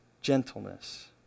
gentleness